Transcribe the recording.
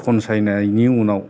खनसायनायनि उनाव